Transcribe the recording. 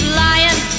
lying